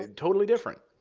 and totally different.